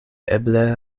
eble